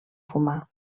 fumar